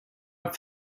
have